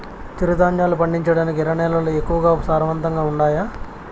చిరుధాన్యాలు పండించటానికి ఎర్ర నేలలు ఎక్కువగా సారవంతంగా ఉండాయా